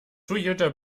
toyota